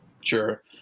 Sure